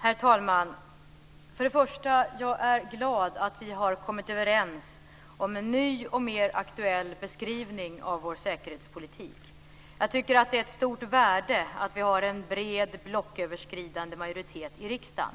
Herr talman! Jag är glad att vi har kommit överens om en ny och mer aktuell beskrivning av vår säkerhetspolitik. Jag tycker att det finns ett stort värde i att vi har en bred blocköverskridande majoritet i riksdagen,